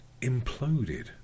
imploded